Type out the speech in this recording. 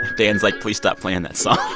dan's, like, please stop playing that song